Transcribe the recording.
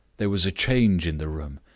there was a change in the room,